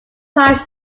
prime